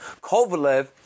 Kovalev